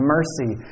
Mercy